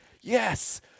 yes